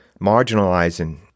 marginalizing